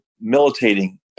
militating